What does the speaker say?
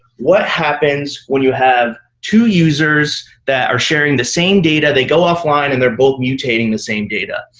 what happens when you have two users that are sharing the same data, they go offline, and they're both mutating the same data?